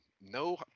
No